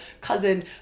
cousin